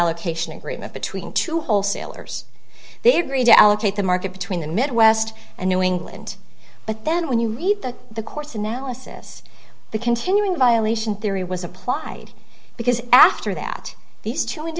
allocation agreement between two wholesalers they agreed to allocate the market between the midwest and new england but then when you read that the court's analysis the continuing violation theory was applied because after that these